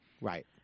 Right